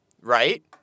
Right